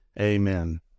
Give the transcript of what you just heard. Amen